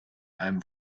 einem